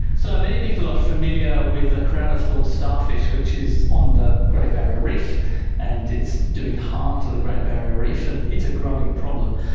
so, many people are familiar with crown-of-thorns starfish which is on the great barrier reef and it's doing harm to the great barrier reef, and it's a growing problem.